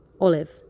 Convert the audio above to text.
Olive